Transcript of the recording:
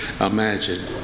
imagine